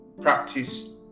Practice